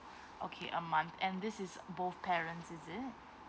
okay a month and this is both parents is it